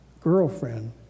girlfriend